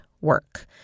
work